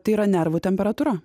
tai yra nervų temperatūra